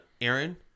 Aaron